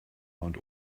und